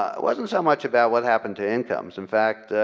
it wasn't so much about what happened to incomes. in fact,